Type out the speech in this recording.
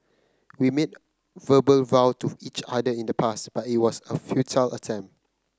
we made verbal vow to each other in the past but it was a futile attempt